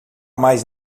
mais